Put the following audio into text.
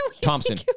Thompson